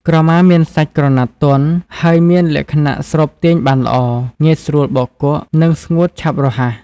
ក្រមាមានសាច់ក្រណាត់ទន់ ហើយមានលក្ខណៈស្រូបទាញបានល្អ ងាយស្រួលបោកគក់ និងស្ងួតឆាប់រហ័ស។